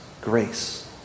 grace